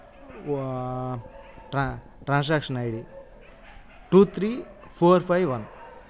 oh tra transaction ID two three four five one